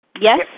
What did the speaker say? Yes